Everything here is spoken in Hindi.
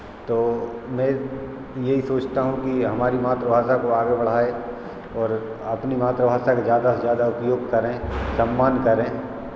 तो मैं यही सोचता हूँ कि हमारी मातृभाषा को आगे बढ़ाए और अपनी मातृभाषा का ज़्यादा से ज़्यादा उपयोग करें सम्मान करें